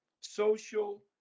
Social